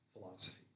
philosophy